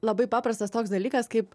labai paprastas toks dalykas kaip